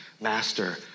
Master